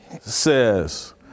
says